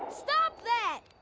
stop that!